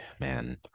man